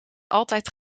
altijd